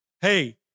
hey